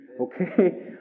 Okay